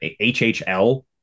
HHL